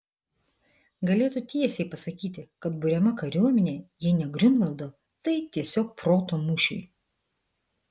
galėtų tiesiai pasakyti kad buriama kariuomenė jei ne griunvaldo tai tiesiog proto mūšiui